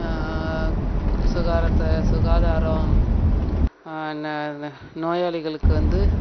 சுகாரத்தை சுகாதாரம் நோயாளிகளுக்கு வந்து